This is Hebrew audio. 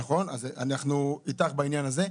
נכון, אז אנחנו איתך בעניין הזה.